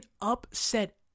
upset